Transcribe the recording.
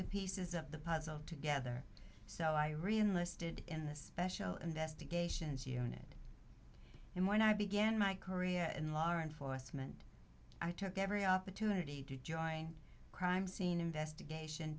the pieces of the puzzle together so i relisted in the special investigations unit and when i began my career in law enforcement i took every opportunity to join crime scene investigation